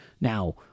Now